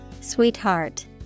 Sweetheart